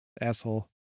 asshole